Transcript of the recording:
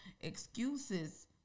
Excuses